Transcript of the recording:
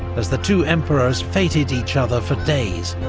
as the two emperors feted each other for days,